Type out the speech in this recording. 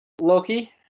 Loki